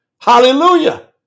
Hallelujah